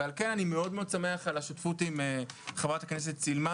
ועל כן אני מאוד שמח על השותפות עם חה"כ סילמן,